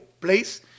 place